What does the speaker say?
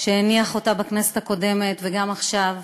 שהניח אותה בכנסת הקודמת וגם עכשיו,